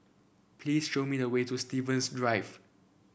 please show me the way to Stevens Drive